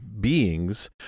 beings